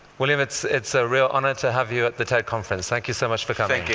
william, it's it's a real honor to have you at the ted conference. thank you so much for coming.